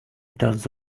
does